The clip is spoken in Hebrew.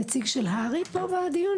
אם יש נציג של הר"י כאן בדיון,